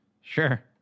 Sure